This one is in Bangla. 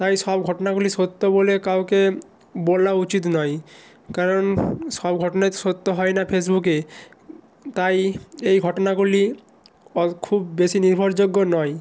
তাই সব ঘটনাগুলি সত্য বলে কাউকে বলা উচিত নয় কারণ সব ঘটনা সত্য হয় না ফেসবুকে তাই এই ঘটনাগুলি অ খুব বেশি নির্ভরযোগ্য নয়